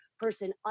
person